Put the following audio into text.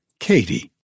Katie